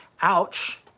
ouch